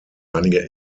einige